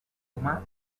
humà